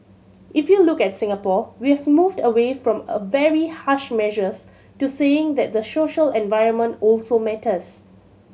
if you look at Singapore we have moved away from a very harsh measures to saying that the social environment also matters